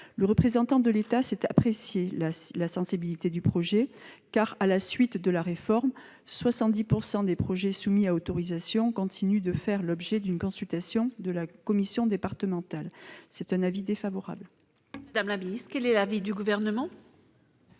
Le représentant de l'État sait apprécier la sensibilité du projet, car, à la suite de la réforme, 70 % des projets soumis à autorisation continuent de faire l'objet d'une consultation de la commission départementale. L'avis est défavorable. Quel est l'avis du Gouvernement ?